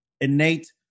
innate